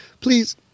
please